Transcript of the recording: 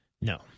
no